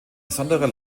besonderer